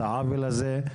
את העוול הזה,